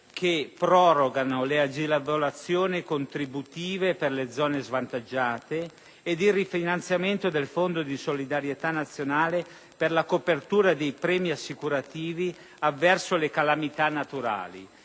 che prorogano le agevolazioni contributive per le zone svantaggiate e contemplano il rifinanziamento del Fondo di solidarietà nazionale per la copertura dei premi assicurativi avverso le calamità naturali;